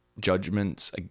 judgments